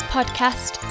Podcast